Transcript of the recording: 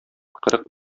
кырык